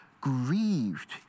grieved